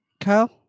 kyle